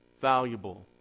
valuable